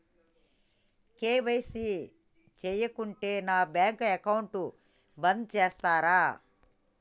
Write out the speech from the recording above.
KYC చేయకుంటే నా bank account బంద్ చేస్తరా?